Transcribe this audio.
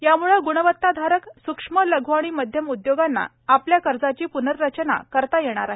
याम्ळे ग्णवताधारक सूक्ष्म लघ् आणि मध्यम उदयोगांना आपल्या कर्जाची पृनर्रचना करता येणार आहे